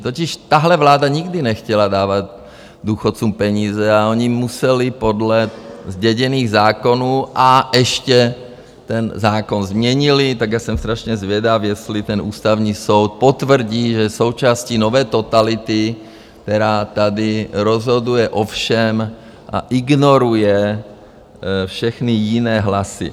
Totiž tahle vláda nikdy nechtěla dávat důchodcům peníze a oni museli podle zděděných zákonů a ještě ten zákon změnili, tak já jsem strašně zvědav, jestli ten Ústavní soud potvrdí, že součástí nové totality, která tady rozhoduje o všem a ignoruje všechny jiné hlasy.